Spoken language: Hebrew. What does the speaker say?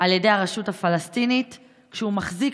על ידי הרשות הפלסטינית כשהוא מחזיק